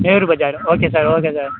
Nehru Bazaar okay sir okay sir